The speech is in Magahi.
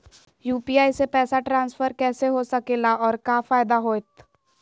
यू.पी.आई से पैसा ट्रांसफर कैसे हो सके ला और का फायदा होएत?